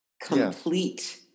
complete